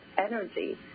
energy